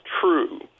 true